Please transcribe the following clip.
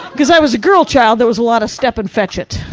cause i was a girl child, there was a lot of step and fetch it.